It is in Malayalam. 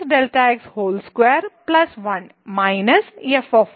1 Δx2 1 - f ഇത് 2Δx